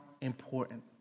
important